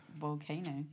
Volcano